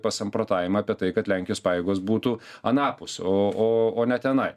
pasamprotavimą apie tai kad lenkijos pajėgos būtų anapus o o o ne tenai